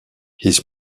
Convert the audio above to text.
his